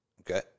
okay